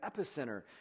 Epicenter